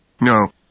No